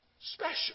special